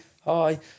hi